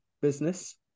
business